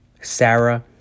Sarah